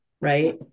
right